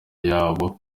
yabo